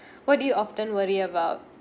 what do you often worry about